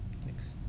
Thanks